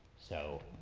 so,